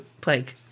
plague